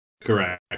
Correct